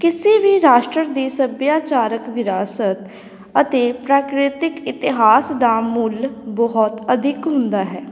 ਕਿਸੇ ਵੀ ਰਾਸ਼ਟਰ ਦੀ ਸੱਭਿਆਚਾਰਕ ਵਿਰਾਸਤ ਅਤੇ ਪ੍ਰਕਿਰਤਿਕ ਇਤਿਹਾਸ ਦਾ ਮੁੱਲ ਬਹੁਤ ਅਧਿਕ ਹੁੰਦਾ ਹੈ